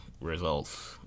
results